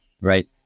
right